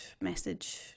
message